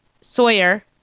Sawyer